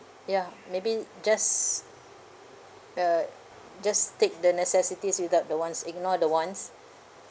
ya maybe just you'd just take the necessities without the wants ignore the wants